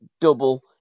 double